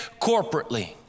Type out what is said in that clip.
corporately